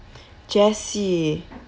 jessie